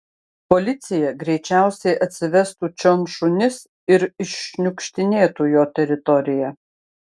policija greičiausiai atsivestų čion šunis ir iššniukštinėtų jo teritoriją